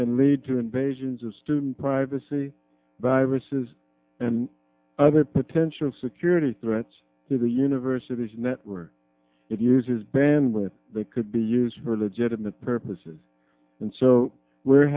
can lead to invasions of student privacy by verses and other potential security threats to the university's network it uses ban when they could be used for legitimate purposes and so we're